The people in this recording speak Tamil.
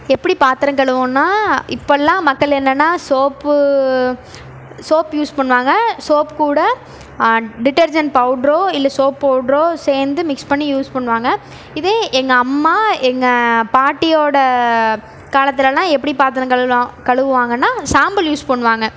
எப்படி பாத்திரம் கழுவோன்னா இப்போல்லாம் மக்கள் என்னென்னா சோப்பு சோப் யூஸ் பண்ணுவாங்க சோப் கூட டிட்டெர்ஜெண்ட் பௌட்ரோ இல்லை சோப் பௌட்ரோ சேர்ந்து மிக்ஸ் பண்ணி யூஸ் பண்ணுவாங்க இதே எங்கள் அம்மா எங்கள் பாட்டியோட காலத்திலலாம் எப்படி பாத்திரம் கழுவுலாம் கழுவுவாங்கன்னா சாம்பல் யூஸ் பண்ணுவாங்க